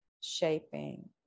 shaping